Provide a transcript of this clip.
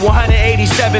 187